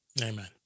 Amen